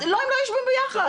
הם לא יושבים ביחד.